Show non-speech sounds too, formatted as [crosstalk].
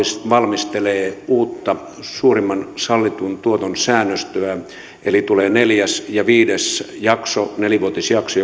valmistelee uutta suurimman sallitun tuoton säännöstöä eli tulee neljäs ja viides nelivuotisjakso nelivuotisjakso [unintelligible]